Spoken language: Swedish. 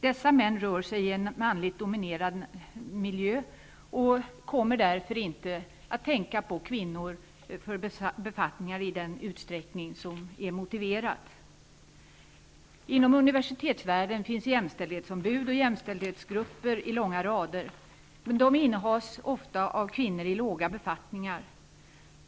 Dessa män rör sig i en manligt dominerad miljö och kommer därför inte att tänka på att tillsätta kvinnor i olika befattningar i den utsträckning som är motiverat. Inom universitetsvärlden finns jämställdhetsombud och jämställdhetsgrupper i långa rader. Dessa består ofta av kvinnor i låga befattningar.